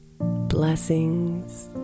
Blessings